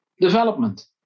development